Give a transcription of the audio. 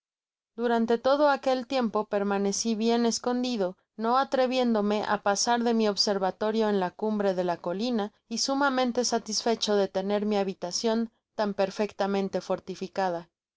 durante todo aquel tiempo permaneci bien escondido no atreviéndome á pasar de mi observatorio en la cumbre de la colina y sumamente satisfecho de tener mi habitacion tan perfectamente fortificada